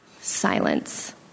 Silence